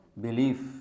belief